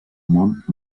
montt